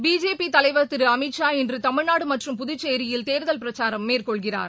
BJP தலைவர் திரு அமித்ஷா இன்று தமிழ்நாடு மற்றும் புதுச்சேரியில் தேர்தல் பிரச்சாரம் மேற்கொள்கிறார்